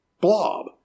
blob